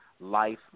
life